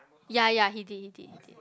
ya ya he did he did